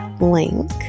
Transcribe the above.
link